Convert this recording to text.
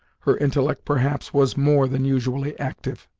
her intellect perhaps was more than usually active.